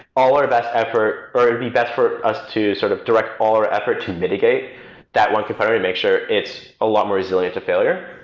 all our best effort or it would be best for us to sort of direct all our effort to mitigate that one component and make sure it's a lot more easily into failure.